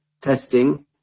testing